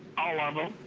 i love it.